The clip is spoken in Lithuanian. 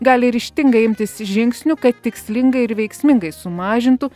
gali ryžtingai imtis žingsnių kad tikslingai ir veiksmingai sumažintų